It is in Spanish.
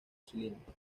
cilíndrica